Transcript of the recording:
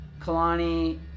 Kalani